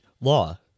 law